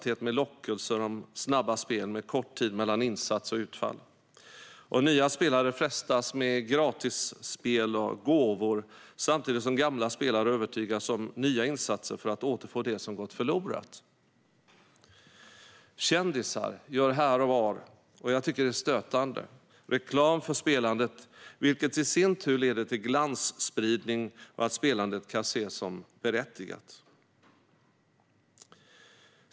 De kommer med lockelser om snabba spel med kort tid mellan insats och utfall. Nya spelare frestas med gratisspel och gåvor samtidigt som gamla spelare övertygas om nya insatser för att återfå det som gått förlorat. Kändisar gör här och var - jag tycker att det är stötande - reklam för spelandet, vilket i sin tur leder till glansspridning och att spelandet kan ses som berättigat.